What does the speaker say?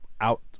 out